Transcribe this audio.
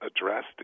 addressed